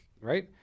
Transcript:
right